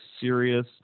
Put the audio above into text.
serious –